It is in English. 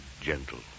gentle